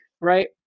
right